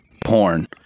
porn